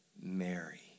Mary